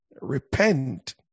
repent